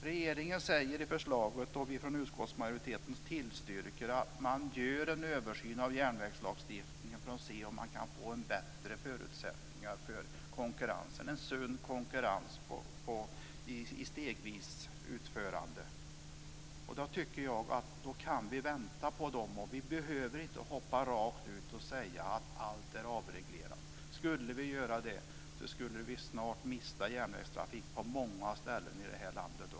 Regeringen säger i förslaget - och vi från utskottsmajoriteten tillstyrker det - att man ska göra en översyn av järnvägslagstiftningen för att se om man kan få bättre förutsättningar för ett stegvis införande av en sund konkurrens. Jag tycker att vi kan vänta på dessa utredningar. Vi behöver inte hoppa rakt ut i det okända och säga att allt är avreglerat. Skulle vi göra det, skulle vi snart mista järnvägstrafik på många ställen i det här landet.